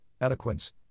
eloquence